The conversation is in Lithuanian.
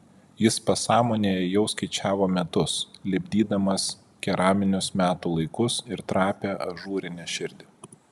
jis pasąmonėje jau skaičiavo metus lipdydamas keraminius metų laikus ir trapią ažūrinę širdį